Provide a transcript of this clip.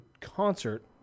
concert